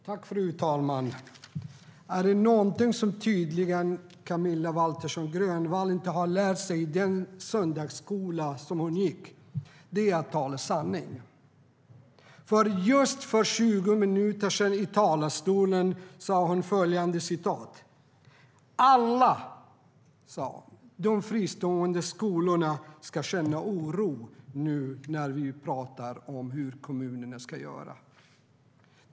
Fru talman! Är det något som Camilla Waltersson Grönvall tydligen inte har lärt sig i den söndagsskola som hon gick i är det att tala sanning. För 20 minuter sedan sa hon här i talarstolen att alla de fristående skolorna känner oro, nu när vi pratar om hur kommunerna ska göra.